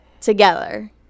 together